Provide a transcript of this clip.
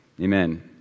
Amen